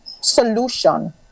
solution